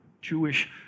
Jewish